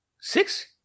Six